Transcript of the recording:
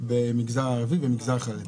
במגזר ערבי ובמגזר חרדי.